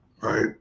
Right